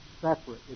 separate